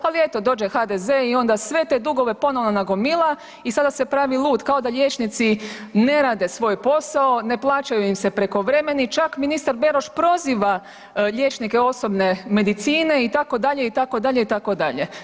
Ali eto dođe HDZ i onda sve te dugove ponovno nagomila i sada se pravi lud kao da liječnici ne rade svoj posao, ne plaćaju im se prekovremeni, čak ministar Beroš proziva liječnike osobne medicine itd., itd., itd.